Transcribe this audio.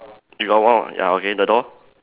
you got one ya okay the door